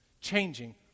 Changing